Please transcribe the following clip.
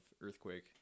Earthquake